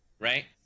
right